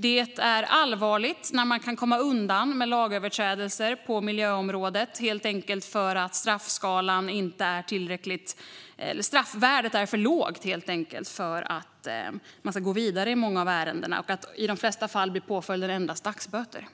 Det är allvarligt när det går att komma undan med lagöverträdelser på miljöområdet helt enkelt för att straffvärdet är för lågt för att man ska gå vidare i många av ärendena. I de flesta fall blir påföljden endast dagsböter.